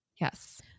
Yes